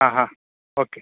ആ ഹാ ഓക്കെ